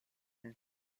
une